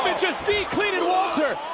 but just decleaning walter.